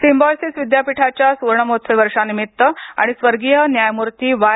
सिंबायोसिसच्या स्वर्ण महोत्सवी वर्षानिमित्त आणि स्वर्गीय न्यायमूर्ती वाय